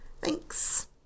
Thanks